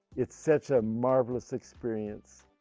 it's such a marvelous experience.